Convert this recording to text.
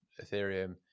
Ethereum